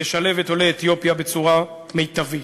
לשלב את עולי אתיופיה בצורה מיטבית.